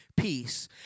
peace